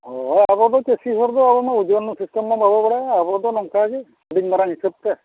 ᱦᱳᱭ ᱟᱵᱚᱫᱚ ᱪᱟᱹᱥᱤ ᱦᱚᱲ ᱫᱚ ᱟᱵᱚᱢᱟ ᱳᱡᱚᱱ ᱥᱤᱥᱴᱮᱢ ᱢᱟ ᱵᱟᱵᱚᱱ ᱵᱟᱲᱟᱭᱟ ᱟᱵᱚᱫᱚ ᱱᱚᱝᱠᱟᱜᱮ ᱦᱩᱰᱤᱧ ᱢᱟᱨᱟᱝ ᱦᱤᱥᱟᱹᱵᱛᱮ